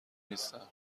نیستن